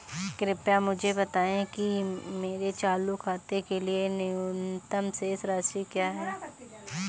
कृपया मुझे बताएं कि मेरे चालू खाते के लिए न्यूनतम शेष राशि क्या है?